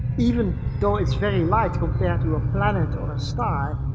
even though it's very light compared to a planet or a star,